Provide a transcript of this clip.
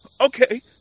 Okay